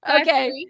okay